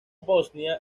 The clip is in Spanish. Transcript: bosnia